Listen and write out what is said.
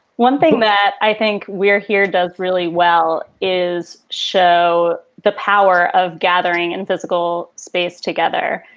one thing that i think we're here does really well is show the power of gathering and physical space together.